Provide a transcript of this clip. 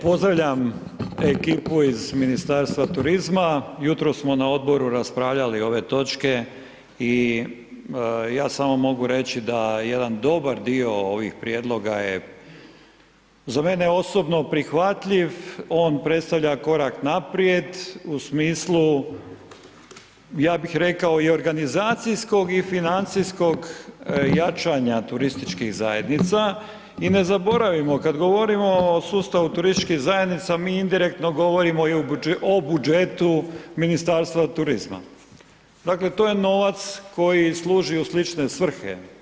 Dakle, pozdravljam ekipu iz Ministarstva turizma, jutros smo na odboru raspravljali ove točke i ja samo mogu reći da jedan dobar dio ovih prijedloga je za mene osobno prihvatljiv, on predstavlja korak naprijed u smislu ja bih rekao i organizacijskog i financijskog jačanja turističkih zajednica i ne zaboravimo kad govorimo o sustavu turističkih zajednica mi indirektno govorimo i o budžetu Ministarstva turizma, dakle to je novac koji služi u slične svrhe.